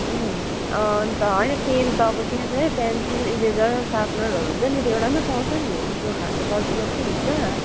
उम् अँ अन्त होइन पेन त किन चाहियो पेन्सिल इरेजर सार्पनरहरू हुन्छ नि त्यो एउटैमा पाउँछ नि हो त्यस्तो खालको सजिलो पनि हुन्छ